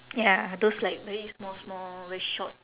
ya those like very small small very short